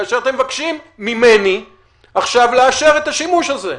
כאשר אתם מבקשים ממני עכשיו לאשר את השימוש הזה.